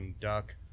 Duck